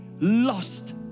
lost